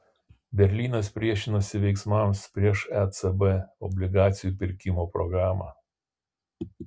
berlynas priešinosi veiksmams prieš ecb obligacijų pirkimo programą